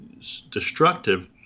destructive